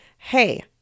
hey